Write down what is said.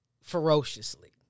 ferociously